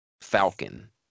Falcon